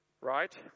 Right